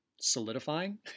solidifying